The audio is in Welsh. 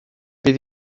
bydd